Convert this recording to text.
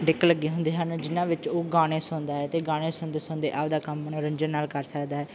deck ਲੱਗੇ ਹੁੰਦੇ ਹਨ ਜਿਹਨਾਂ ਵਿੱਚ ਉਹ ਗਾਣੇ ਸੁਣਦਾ ਹੈ ਅਤੇ ਗਾਣੇ ਸੁਣਦੇ ਸੁਣਦੇ ਆਪਦਾ ਕੰਮ ਮਨੋਰੰਜਨ ਨਾਲ ਕਰ ਸਕਦਾ ਹੈ